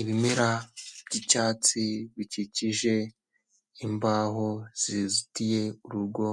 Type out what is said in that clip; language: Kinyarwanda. Ibimera by'icyatsi bikikije imbaho zizitiye urugo